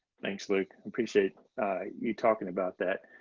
thanks, luke i appreciate you talking about that.